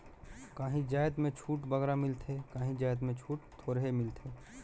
काहीं जाएत में छूट बगरा मिलथे काहीं जाएत में छूट थोरहें मिलथे